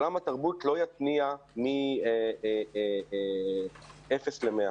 עולם התרבות לא יתניע מאפס ל-100.